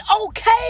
okay